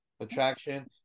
attraction